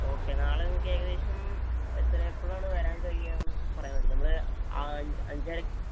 okay നാളെ നിങ്ങൾക്ക് ഏകദേശം എത്ര എപ്പോളാണ് വരാൻ കഴിയുക എന്ന് പറയാൻ പറ്റുമോ നമ്മൾ അഞ്ച് അഞ്ചര